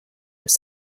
was